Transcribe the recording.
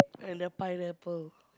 and the pineapple